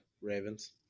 Ravens